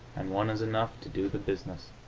and one is enough to do the business.